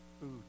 food